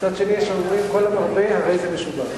מצד שני, יש אומרים שכל המרבה הרי זה משובח.